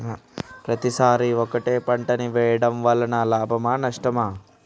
పత్తి సరి ఒకటే పంట ని వేయడం వలన లాభమా నష్టమా?